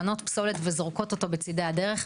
לפנות פסולת וזורקות אותה בצידי הדרך.